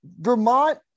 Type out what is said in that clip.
Vermont